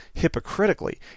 hypocritically